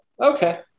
okay